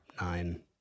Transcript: nine